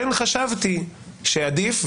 כן חשבתי שעדיף,